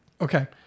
Okay